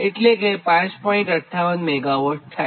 58 MW થાય